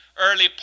early